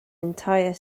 entire